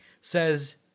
says